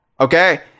okay